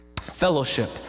Fellowship